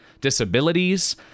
disabilities